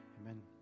amen